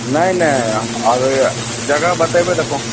नहि नहि अगर जगह बतेबै तऽ पहुँच